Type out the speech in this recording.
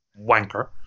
wanker